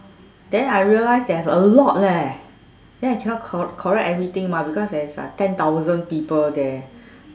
then I realise there's a lot leh then I cannot correct everything mah because there is like ten thousand people there